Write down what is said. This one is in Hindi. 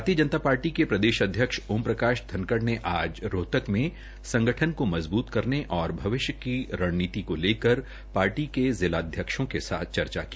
भारतीय जनता पार्टी के प्रदेशाध्यक्ष ओम प्रकाश धनखड़ ने आज रोहतक में संगठन को मजबूत करने के लिए भविष्य की रणनीति को लेकर पार्टी जिलाध्यक्षों के साथ चर्चा की